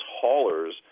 haulers